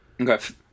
Okay